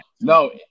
no